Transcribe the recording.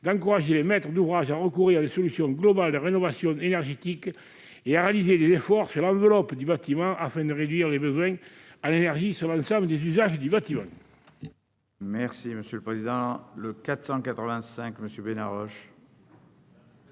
d'encourager les maîtres d'ouvrage à recourir à une solution globale de rénovation énergétique et à réaliser des efforts sur l'enveloppe du bâtiment, afin de réduire les besoins en énergie de l'ensemble des usages du bâtiment. La parole est à M. Guy Benarroche,